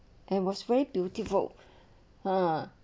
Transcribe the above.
and was very beautiful ah